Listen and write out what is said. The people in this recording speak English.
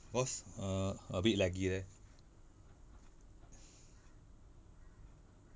cause err a bit laggy leh